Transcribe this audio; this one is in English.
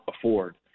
afford